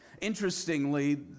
Interestingly